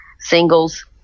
singles